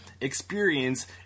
experience